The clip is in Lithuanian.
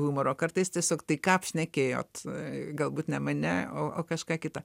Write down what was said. humoru kartais tiesiog tai ką apšnekėjot galbūt ne mane o kažką kitą